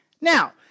Now